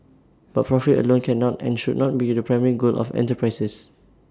but profit alone cannot and should not be the primary goal of enterprises